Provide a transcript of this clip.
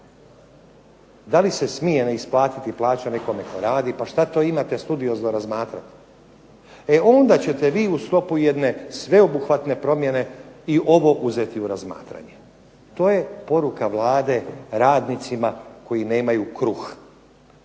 da li se smije neisplatiti plaća nekome tko radi, pa šta to imate studiozno razmatrati, onda ćete vi u sklopu jedne sveobuhvatne promjene i ovo uzeti u razmatranje. To je poruka Vlade radnicima koji nemaju kruh